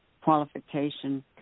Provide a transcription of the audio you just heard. qualification